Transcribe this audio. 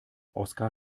oskar